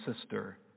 sister